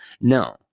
No